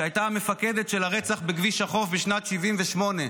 שהייתה המפקדת של הרצח בכביש החוף בשנת 1978,